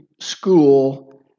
School